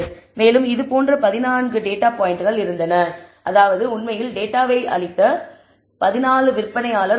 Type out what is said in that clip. மேலும் இதுபோன்ற 14 டேட்டா பாய்ண்டுகள் இருந்தன அதாவது உண்மையில் டேட்டாவை அளித்த 14 விற்பனையாளர் உள்ளனர்